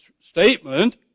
statement